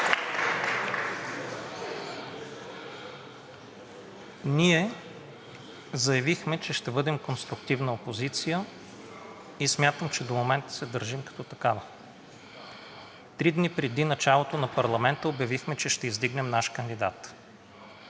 Ние заявихме, че ще бъдем конструктивна опозиция, и смятам, че до момента се държим като такава. Три дни преди началото на парламента обявихме, че ще издигнем наш кандидат.